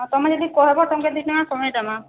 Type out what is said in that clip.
ହଁ ତୁମେ ଯଦି କହିବ ଟଙ୍କେ ଦୁଇ ଟଙ୍କା କମାଇ ଦେମା